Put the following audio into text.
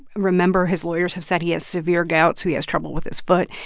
remember his lawyers have said he has severe gout, so he has trouble with his foot.